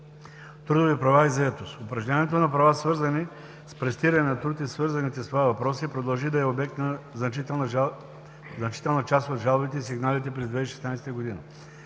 Трудови права и заетост. Упражняването на права, свързани с престиране на труд и свързаните с това въпроси, продължи да е обект на значителна част от жалбите и сигналите през 2016 г.